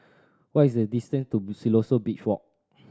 what is the distance to Siloso Beach Walk